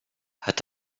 hat